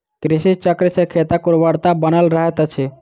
कृषि चक्र सॅ खेतक उर्वरता बनल रहैत अछि